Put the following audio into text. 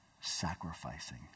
sacrificing